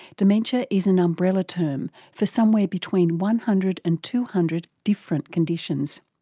dementia is an umbrella term for somewhere between one hundred and two hundred different conditions.